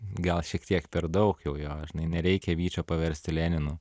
gal šiek tiek per daug jau jo žinai nereikia vyčio paversti leninu